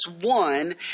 one